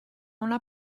una